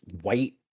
white